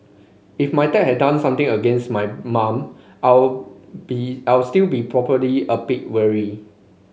if my dad had done something against my mom I'll be I will still be probably a bit wary